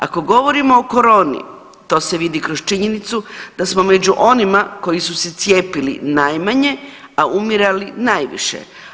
Ako govorimo o coroni to se vidi kroz činjenicu da smo među onima koji su se cijepili najmanje, a umirali najviše.